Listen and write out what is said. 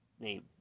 name